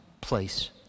place